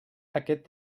aquest